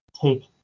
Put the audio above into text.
take